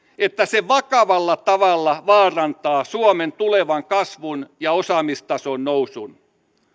että se vakavalla tavalla vaarantaa suomen tulevan kasvun ja osaamistason nousun